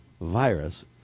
virus